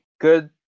good